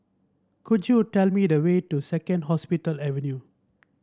could you tell me the way to Second Hospital Avenue